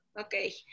Okay